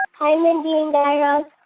ah hi, mindy and guy raz.